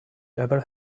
ever